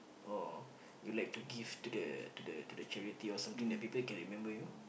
or you like to give to the to the to the charity or something that people can remember you